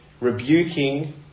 rebuking